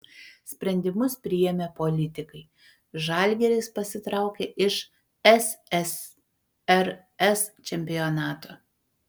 sprendimus priėmė politikai žalgiris pasitraukė iš ssrs čempionato